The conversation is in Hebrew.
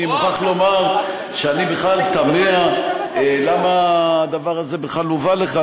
אני מוכרח לומר שאני בכלל תמה למה הדבר הזה בכלל הובא לכאן,